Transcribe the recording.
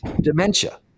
dementia